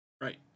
right